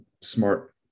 smart